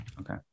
okay